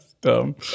dumb